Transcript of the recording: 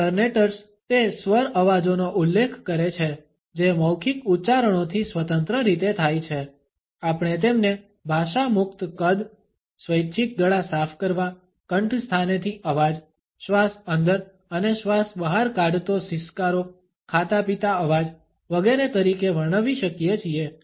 alternators તે સ્વર અવાજોનો ઉલ્લેખ કરે છે જે મૌખિક ઉચ્ચારણોથી સ્વતંત્ર રીતે થાય છે આપણે તેમને ભાષા મુક્ત કદ સ્વૈચ્છિક ગળા સાફ કરવા કંઠસ્થાનેથી અવાજ શ્વાસ અંદર અને શ્વાસ બહાર કાઢતો સિસકારો ખાતાપીતા અવાજ વગેરે તરીકે વર્ણવી શકીએ છીએ